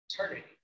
eternity